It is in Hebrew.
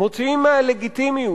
מוציאים מהלגיטימיות,